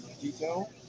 detail